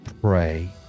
pray